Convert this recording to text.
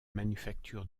manufactures